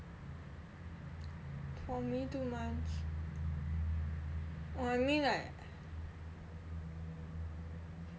for me two months I mean like